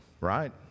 right